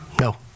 no